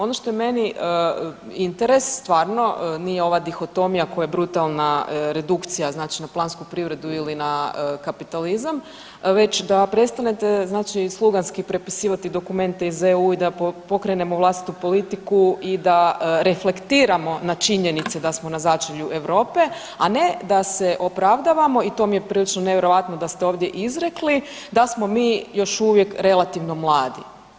Ono što je meni interes stvarno, nije ova dihotomija koja je brutalna redukcija znači na plansku privredu ili na kapitalizam već da prestanete znači sluganski prepisivati dokumente iz EU i da pokrenemo vlastitu politiku i da reflektiramo na činjenice da smo na začelju Europe a ne da se opravdavamo i to mi je prilično nevjerojatno da ste ovdje izrekli, da smo mi još uvijek relativno mladi.